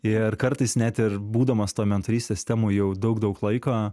ir kartais net ir būdamas toj mentorystės temoj jau daug daug laiko